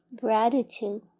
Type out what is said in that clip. Gratitude